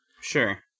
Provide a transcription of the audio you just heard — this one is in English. Sure